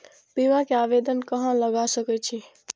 बीमा के आवेदन कहाँ लगा सके छी?